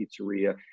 pizzeria